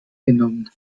genommen